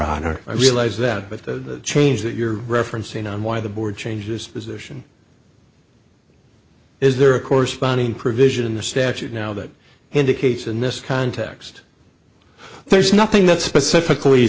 honor i realize that if the change that you're referencing on why the board changes position is there a corresponding provision in the statute now that indicates in this context there's nothing that specifically